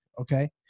okay